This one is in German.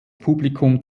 publikum